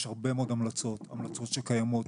יש הרבה מאוד המלצות, המלצות טובות שקיימות.